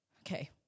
Okay